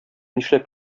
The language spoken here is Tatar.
нишләп